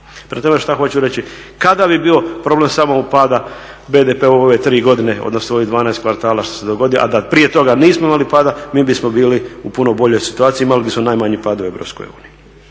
Prema tome, šta hoću reći? Kada bi bio problem samog pada BDP-a u ove 3 godine, odnosno u ovih 12 kvartala što se dogodio, a da prije toga nismo imali pada, mi bismo bili u puno boljoj situaciji, imali bismo najmanji pad u Europskoj uniji.